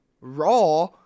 Raw